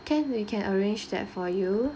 can we can arrange that for you